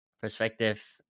perspective